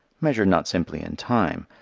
measured not simply in time,